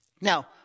Now